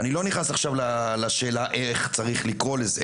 אני לא נכנס עכשיו לשאלה איך צריך לקרוא לזה,